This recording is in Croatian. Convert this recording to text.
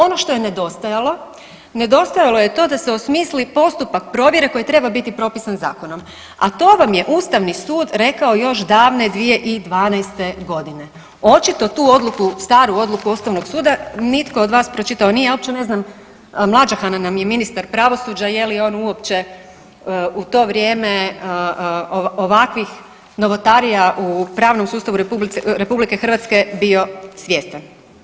Ono što je nedostajalo, nedostajalo je to da se osmisli postupak provjere koji treba biti propisan zakonom, a to vam je Ustavni sud rekao još davne 2012. godine, očito tu odluku staru odluku Ustavnog suda nitko od vas pročitao nije, ja uopće ne znam mlađahan nam je ministar pravosuđa je li on uopće u to vrijeme ovakvih novotarija u pravnom sustavu RH bio svjestan.